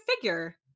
figure